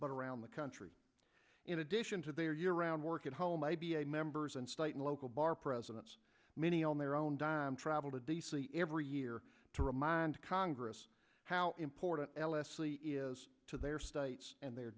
but around the country in addition to their year round work at home a b a members and state and local bar presidents many on their own dime travel to d c every year to remind congress how important l s c is to their states and their